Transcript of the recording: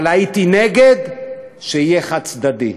אבל הייתי נגד שזה יהיה חד-צדדי.